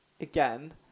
again